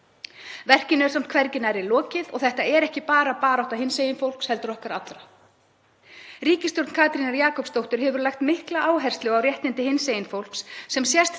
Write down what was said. Verkinu er samt hvergi nærri lokið og þetta er ekki bara barátta hinsegin fólks heldur okkar allra. Ríkisstjórn Katrínar Jakobsdóttur hefur lagt mikla áherslu á réttindi hinsegin fólks sem sést